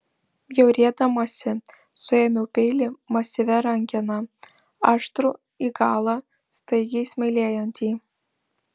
bjaurėdamasi suėmiau peilį masyvia rankena aštrų į galą staigiai smailėjantį